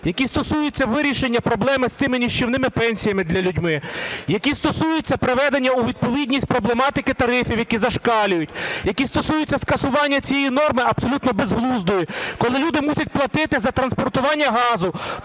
які стосуються вирішення проблеми з цими нищівними пенсіями для людей, які стосуються приведення у відповідність проблематики тарифів, які зашкалюють, які стосуються скасування цієї норми абсолютно безглуздої, коли люди мусять платити за транспортування газу